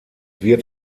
wird